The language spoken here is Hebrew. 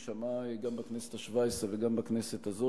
היא שמעה גם בכנסת השבע-עשרה וגם בכנסת הזאת,